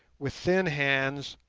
with thin hands,